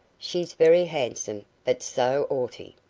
she's very handsome, but so orty.